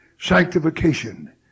sanctification